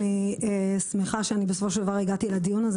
אני שמחה שהגעתי בסופו של דבר לדיון הזה,